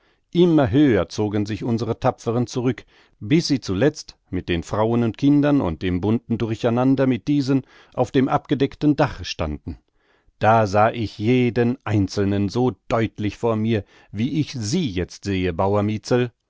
immer höher zogen sich unsere tapferen zurück bis sie zuletzt mit den frauen und kindern und im bunten durcheinander mit diesen auf dem abgedeckten dache standen da sah ich jeden einzelnen so deutlich vor mir wie ich sie jetzt sehe